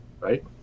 right